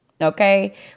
okay